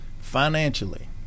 financially